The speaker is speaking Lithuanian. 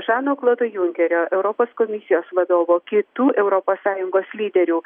žano klodo junkerio europos komisijos vadovo kitų europos sąjungos lyderių